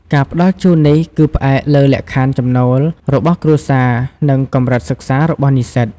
ការផ្តល់ជូននេះគឺផ្អែកលើលក្ខខណ្ឌចំណូល របស់គ្រួសារ និងកម្រិតសិក្សា របស់និស្សិត។